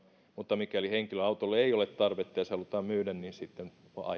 mutta mikäli henkilöautolle ei ole tarvetta ja se halutaan myydä niin sitten mahdollinen